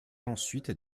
ensuite